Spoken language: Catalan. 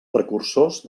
precursors